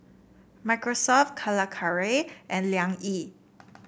Microsoft Calacara and Liang Yi